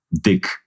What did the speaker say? dick